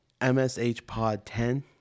MSHpod10